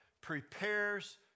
prepares